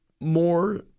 more